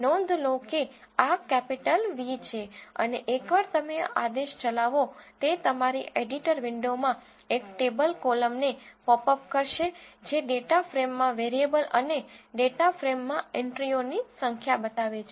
નોંધ લો કે આ કેપિટલ V છે અને એકવાર તમે આ આદેશ ચલાવો તે તમારી એડિટર વિંડોમાં એક ટેબલ કોલમને પોપ અપ કરશે જે ડેટા ફ્રેમમાં વેરીએબલ અને ડેટા ફ્રેમમાં એન્ટ્રીઓની સંખ્યા બતાવે છે